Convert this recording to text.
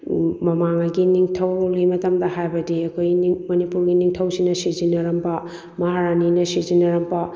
ꯃꯃꯥꯡꯉꯩꯒꯤ ꯅꯤꯡꯊꯧꯔꯣꯜꯒꯤ ꯃꯇꯝꯗ ꯍꯥꯏꯕꯗꯤ ꯑꯩꯈꯣꯏꯒꯤ ꯃꯅꯤꯄꯨꯔꯒꯤ ꯅꯤꯡꯊꯧꯁꯤꯡꯅ ꯁꯤꯖꯤꯟꯅꯔꯝꯕ ꯃꯍꯥꯔꯥꯅꯤꯅ ꯁꯤꯖꯤꯟꯅꯔꯝꯕ